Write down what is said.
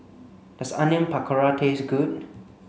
does Onion Pakora taste good